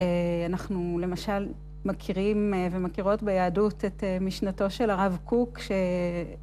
אנחנו למשל מכירים ומכירות ביהדות את משנתו של הרב קוק ש...